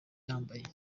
yambaye